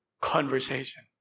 conversation